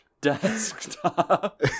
desktop